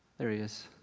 there he is.